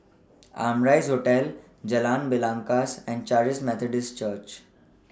Amrise Hotel Jalan Belangkas and Charis Methodist Church